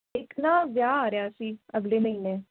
ਇੱਕ ਨਾ ਵਿਆਹ ਆ ਰਿਹਾ ਸੀ ਅਗਲੇ ਮਹੀਨੇ